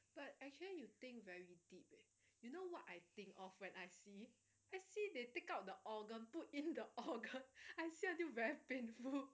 but actually you think very deep eh you know what I think of when I see I see they take out the organ put in the organ I see until very painful